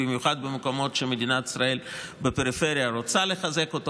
במיוחד במקומות שמדינת ישראל בפריפריה רוצה לחזק אותו,